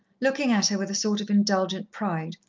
looking at her with a sort of indulgent pride,